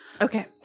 Okay